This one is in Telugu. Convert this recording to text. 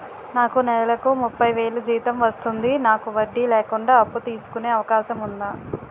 నాకు నేలకు ముప్పై వేలు జీతం వస్తుంది నాకు వడ్డీ లేకుండా అప్పు తీసుకునే అవకాశం ఉందా